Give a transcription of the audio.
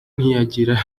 ntiyagira